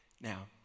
Now